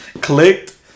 clicked